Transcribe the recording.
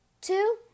Two